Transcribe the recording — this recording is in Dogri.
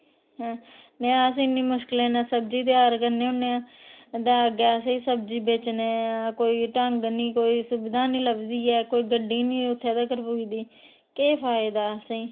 नेईं ता अस इन्नी मुश्कलें किन्नै सब्ज़ी त्यार करने होने आं ते अग्गें असेंगी सब्ज़ी बेचने दा कोई ढंग निं कोई सुविधा निं लभदी ऐ कोई गड्डी निं उत्थें तगर पुजदी ऐ ते केह् फायदा असें ई